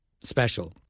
special